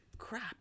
crap